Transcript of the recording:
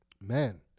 man